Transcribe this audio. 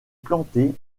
plantées